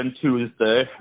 tuesday